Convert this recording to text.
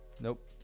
Nope